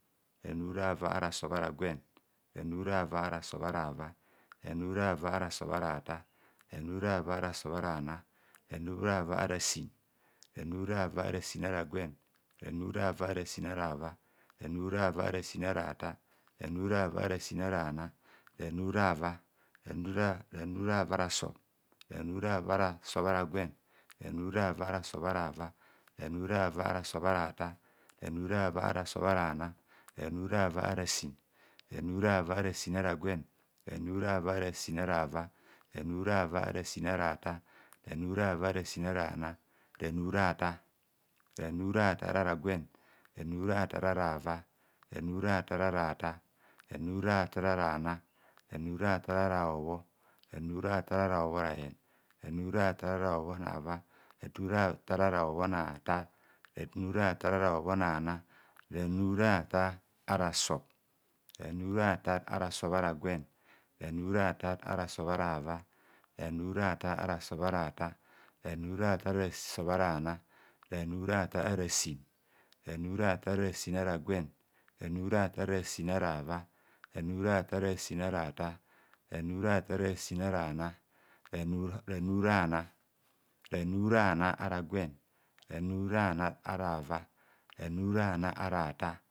Ranurava ara sub ara gwen, ranurava ara sub ara ava, ranurava ara sub ara atar, ranu rava ara sub ara ranar, ranurava ara sin, ranurava ara sin ara gwen, ranu rava ara sin ara ava, ranurava ara sin ara tar, ranurava ara sin ara ona, rany rava ranu rava ara sub, ranu rava ara sub ara gwen, ranurava ara sub ara va, ranurava ara sub aratar, renu rava ara sub arana, ranurava ara sub aratar, renurava ara sin ara gwen, ranurava ara sin ara ava, ranurava ara sin ara etar, ranu rava ara sin ara anar, ranuratar, ranu ratar ara gwen ranuratar ara, ranu ratar ara atar, ranu ratar ara enar, ranu ratar ara hobho, ranu ratar ara hobhorayen, ranu ratar ara hobhonava ranu ratar ara obhonatar, ranuratar ara obhonana ranuratar ara sub ranu ratar ara sub ara gwen ranuratar ara sub arava ranuratar ara sub ara a far, ranuratar ara sub arana, ranu ratar ara sin, ranu ratar ara sin ara gwen ranu ratar ara sin ara ava, ranuratar ara sin ara tar, ranu ratar ara sin ara ana, ranu rana, ranurana ara gwen ranu rana ara ava, ranu rana ara afar.